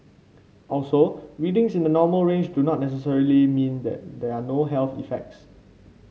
also readings in the normal range do not necessarily mean there are no health effects